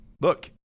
Look